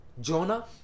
Jonah